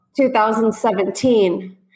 2017